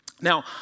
Now